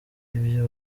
ibyo